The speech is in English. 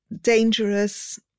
dangerous